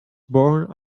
born